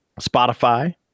Spotify